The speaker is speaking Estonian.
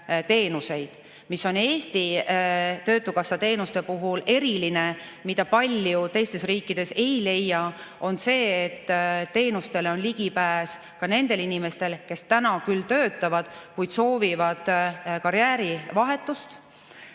teenuseid. Eesti Töötukassa teenuste puhul on eriline see, mida paljudes teistes riikides ei leia, et teenustele on ligipääs ka nendel inimestel, kes küll töötavad, kuid soovivad karjäärivahetust,